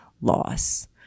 loss